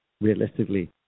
realistically